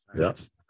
yes